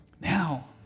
Now